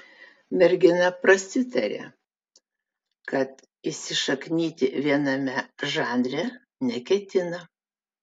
mergina prasitarė kad įsišaknyti viename žanre neketina